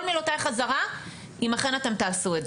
מילותיי חזרה אם אכן אתם תעשו את זה.